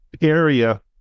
area